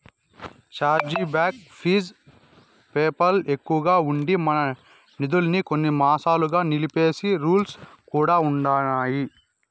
charge back fee PayPal ఎక్కువగా ఉండి, మన నిదుల్మి కొన్ని మాసాలుగా నిలిపేసే రూల్స్ కూడా ఉండిన్నాయి